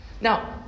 Now